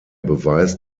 beweis